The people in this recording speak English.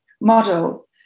model